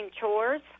chores